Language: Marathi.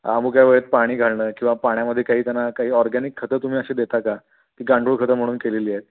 अमुक या वळेत पाणी घालणं किंवा पाण्यामध्ये काही त्यांना का ऑरगॅनिक खतं तुम्ही अशी देता का ती गांडूळ खतं म्हणून केलेली आहेत